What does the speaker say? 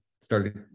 started